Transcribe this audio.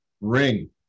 ring